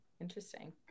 Interesting